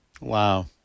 Wow